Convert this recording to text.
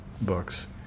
books